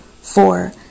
four